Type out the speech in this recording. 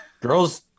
girls